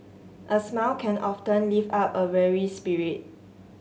a smile can often lift up a weary spirit